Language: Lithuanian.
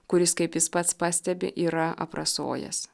kuris kaip jis pats pastebi yra aprasojęs